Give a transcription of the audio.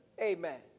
Amen